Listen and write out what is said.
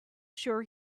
sure